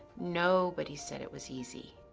nobody said it was easy,